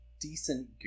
decent